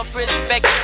respect